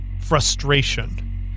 Frustration